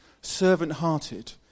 Servant-hearted